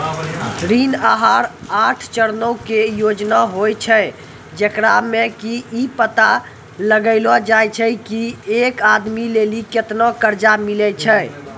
ऋण आहार आठ चरणो के योजना होय छै, जेकरा मे कि इ पता लगैलो जाय छै की एक आदमी लेली केतना कर्जा मिलै छै